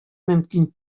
мөмкин